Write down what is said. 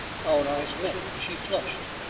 our eyes met. she flushed,